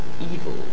evil